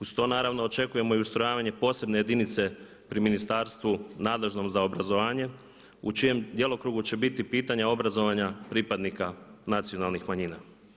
Uz to naravno očekujemo i ustrojavanje posebne jedinice pri ministarstvu nadležnom za obrazovanje u čijem djelokrugu će biti pitanja obrazovanja pripadnika nacionalnih manjina.